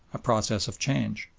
a process of change.